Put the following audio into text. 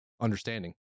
understanding